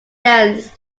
dense